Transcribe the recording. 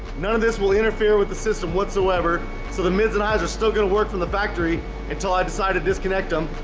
none of this will interfere with the system whatsoever so the mids and eyes are still gonna work for the factory until i decided disconnect them